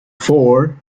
four